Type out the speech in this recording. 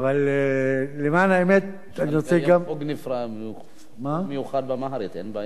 נקיים חוג מיוחד באמהרית.